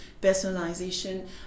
personalization